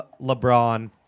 LeBron